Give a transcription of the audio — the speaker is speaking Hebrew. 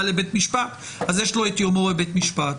לבית משפט אז יש לו את יומו בבית משפט.